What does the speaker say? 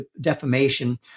defamation